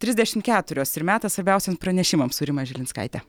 trisdešim keturios ir metas svarbiausiem pranešimam su rima žilinskaite